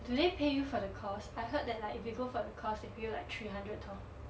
do they pay you for the course I heard that like if you go for the course they pay you like three hundred dol~